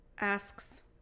asks